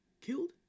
killed